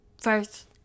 first